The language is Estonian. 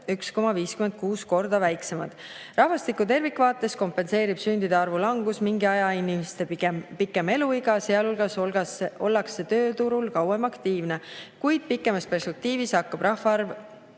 1,56 korda väiksemad. Rahvastiku tervikvaates kompenseerib sündide arvu langus mingil ajal inimeste pikem eluiga, sealhulgas ollakse tööturul kauem aktiivne. Kuid pikemas perspektiivis hakkab rahvaarv